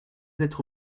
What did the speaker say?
être